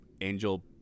angel